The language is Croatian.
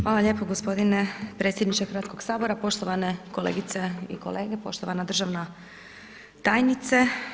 Hvala lijepo gospodine predsjedniče Hrvatskoga sabora, poštovane kolegice i kolege, poštovana državna tajnice.